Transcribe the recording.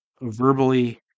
verbally